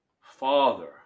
Father